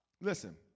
Listen